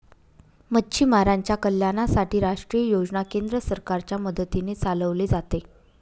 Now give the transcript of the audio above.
मच्छीमारांच्या कल्याणासाठी राष्ट्रीय योजना केंद्र सरकारच्या मदतीने चालवले जाते